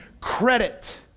credit